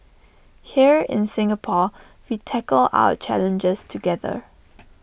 here in Singapore we tackle our challenges together